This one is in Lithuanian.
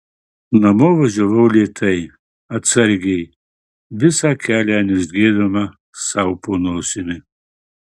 namo važiavau lėtai atsargiai visą kelią niurzgėdama sau po nosimi